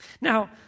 Now